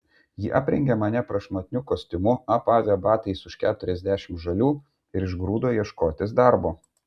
ji aprengė mane prašmatniu kostiumu apavė batais už keturiasdešimt žalių ir išgrūdo ieškotis darbo